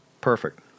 perfect